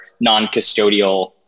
non-custodial